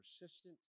persistent